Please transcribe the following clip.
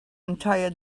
entire